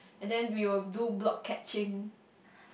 and then we will do block catching